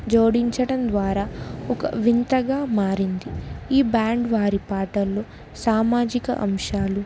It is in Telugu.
జోడించటం ద్వారా ఒక వింతగా మారింది ఈ బ్యాండ్ వారి పాటల్లో సామాజిక అంశాలు